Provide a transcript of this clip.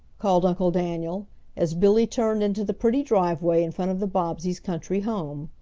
called uncle daniel as billy turned into the pretty driveway in front of the bobbseys' country home.